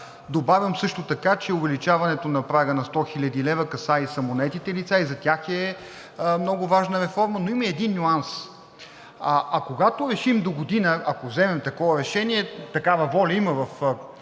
Добавям също така, че увеличаването на прага на 100 хил. лв. касае и самонаетите лица и за тях е много важна реформа. Но има един нюанс – когато решим догодина, ако вземем такова решение, такава воля има в колегите